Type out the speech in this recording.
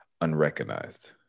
unrecognized